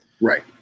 Right